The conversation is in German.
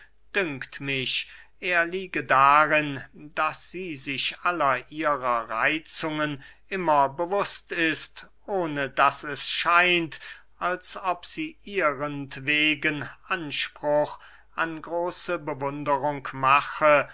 dünkt mich er liege darin daß sie sich aller ihrer reitzungen immer bewußt ist ohne daß es scheint als ob sie ihrentwegen anspruch an große bewunderung mache